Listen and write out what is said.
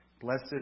Blessed